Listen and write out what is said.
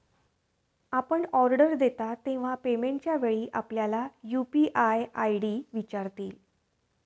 आपण ऑर्डर देता तेव्हा पेमेंटच्या वेळी आपल्याला यू.पी.आय आय.डी विचारतील